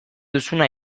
duzuna